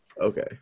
Okay